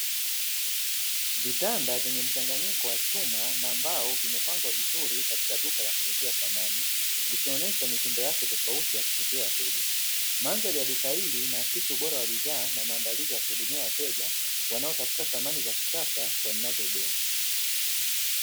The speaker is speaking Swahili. Vitanda vyenye mchanganyiko wa chuma na mbao vimepangwa vizuri katika duka la kuuzia samani, vikionesha mitindo yake tofauti ya kuvutia wateja. Mandhari ya duka hili inaakisi ubora wa bidhaa na maandaliza ya kuhudumia wateja wanaotafuta samani za kisasa na zinzodumu.